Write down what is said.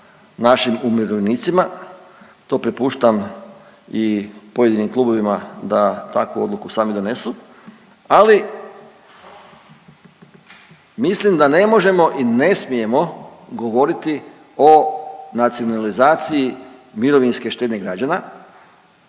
našim umirovljenicima, to prepuštam i pojedinim klubovima da takvu odluku sami donesu ali mislim da ne možemo i ne smijemo govoriti o nacionalizaciji mirovinske štednje građana